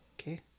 Okay